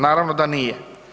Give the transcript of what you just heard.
Naravno da nije.